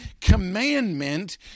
commandment